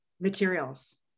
materials